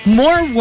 more